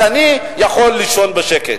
אז אני יכול לישון בשקט.